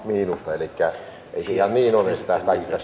miinusta elikkä ei se ihan niin ole että kaikista